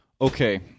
Okay